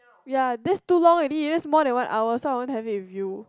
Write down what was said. ya there's too long already there's more than one hour so I want to have it with you